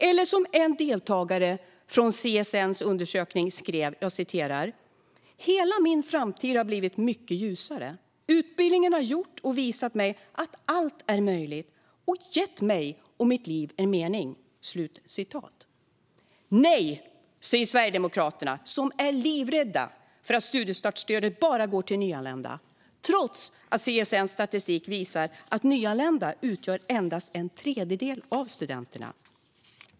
Eller som en deltagare från CSN:s undersökning skrev: Hela min framtid har blivit mycket ljusare. Utbildningen har visat mig att allt är möjligt och har gett mig och mitt liv en mening. Nej, säger Sverigedemokraterna. De är livrädda för att studiestartsstödet bara går till nyanlända, trots att CSN:s statistik visar att nyanlända endast utgör en tredjedel av studenterna.